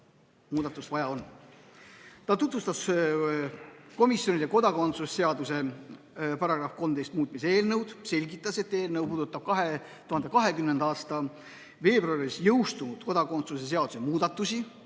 Ta tutvustas komisjonile kodakondsuse seaduse § 13 muutmise eelnõu, selgitas, et see puudutab 2020. aasta veebruaris jõustunud kodakondsuse seaduse muudatusi